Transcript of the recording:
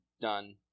done